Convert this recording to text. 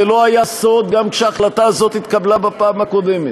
זה לא היה סוד גם כשההחלטה הזאת התקבלה בפעם הקודמת,